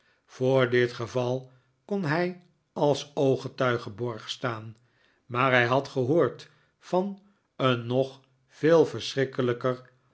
voor dit geval kon hij als ooggetuige borg staan maar hij had gehoord van een nog veel verschrikkelijker